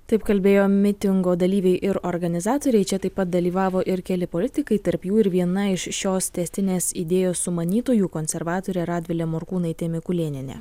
taip kalbėjo mitingo dalyviai ir organizatoriai čia taip pat dalyvavo ir keli politikai tarp jų ir viena iš šios tęstinės idėjos sumanytojų konservatorė radvilė morkūnaitė mikulėnienė